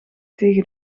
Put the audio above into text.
tegen